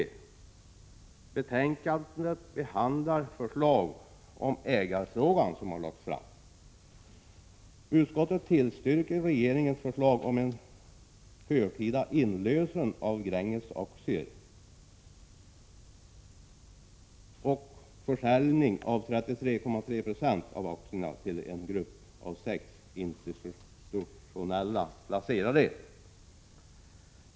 I betänkandet behandlas de förslag i ägarfrågan som har lagts fram. Utskottet tillstyrker regeringens förslag om en förtida inlösen av Gränges aktier och försäljning av 33,3 96 av aktierna till en grupp av sex institutionella placerare.